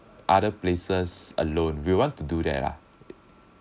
other places alone we want to do that lah